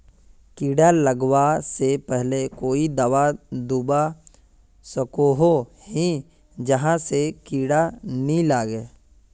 कीड़ा लगवा से पहले कोई दाबा दुबा सकोहो ही जहा से कीड़ा नी लागे?